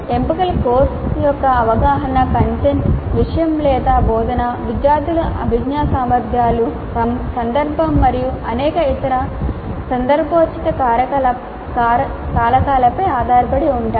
ఎంపికలు కోర్సు యొక్క అవగాహన కంటెంట్ విషయం లేదా బోధన విద్యార్థుల అభిజ్ఞా సామర్థ్యాలు సందర్భం మరియు అనేక ఇతర సందర్భోచిత కారకాలపై ఆధారపడి ఉంటాయి